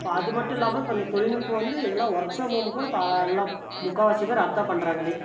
இப்போ அது மட்டும் இல்லாமல் இப்போ அந்த தொழில்நுட்பம் வந்து எல்லாம் ஒர்க் ஃப்ரம் ஹோம் கூட பா எல்லாம் முக்கால்வாசி பேர் அதுதான் பண்ணுறாங்களே